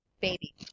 baby